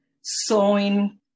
sewing